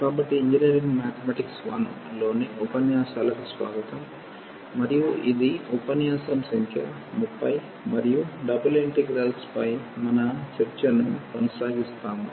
కాబట్టి engineering mathematics I లోని ఉపన్యాసాలకు స్వాగతం మరియు ఇది ఉపన్యాసం సంఖ్య 30 మరియు డబుల్ ఇంటిగ్రల్స్పై మన చర్చను కొనసాగిస్తాము